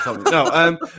No